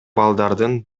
балдардын